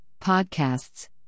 podcasts